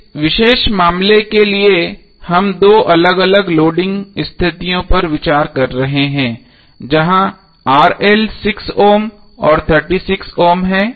इस विशेष मामले के लिए हम दो अलग अलग लोडिंग स्थितियों पर विचार कर रहे हैं जहां 6 ओम और 36 ओम है